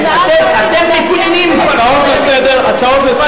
שאלת אותי מה דעתי על זה?